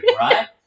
right